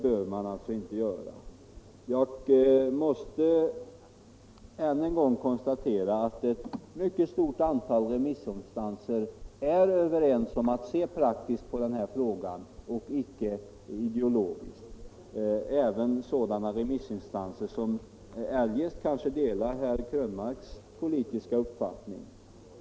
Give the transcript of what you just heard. Jag måste än en gång konstatera att ett mycket stort antal remissinstanser är överens om att se praktiskt på den här frågan och icke ideologiskt — även sådana remissinstanser som eljest kanske delar herr Krönmarks politiska uppfattning.